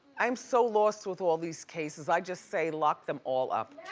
i am so lost with all these cases. i just say lock them all up.